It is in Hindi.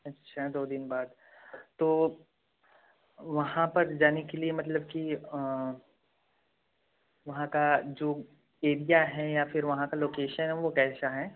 अच्छा दो दिन बाद तो वहाँ पर जाने के लिए मतलब कि वहाँ का जो एरिया है या फिर वहाँ का लोकेशन है वह कैसा है